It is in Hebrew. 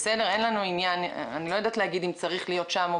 אני לא יודעת להגיד אם צריך להיות שם או